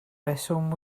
reswm